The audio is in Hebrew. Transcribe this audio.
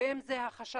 ואם זה החשש